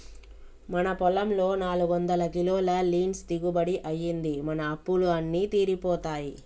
మన పొలంలో నాలుగొందల కిలోల లీన్స్ దిగుబడి అయ్యింది, మన అప్పులు అన్నీ తీరిపోతాయి